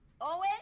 Owen